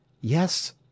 Yes